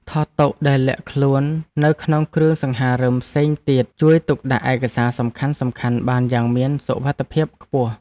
ថតតុដែលលាក់ខ្លួននៅក្នុងគ្រឿងសង្ហារិមផ្សេងទៀតជួយទុកដាក់ឯកសារសំខាន់ៗបានយ៉ាងមានសុវត្ថិភាពខ្ពស់។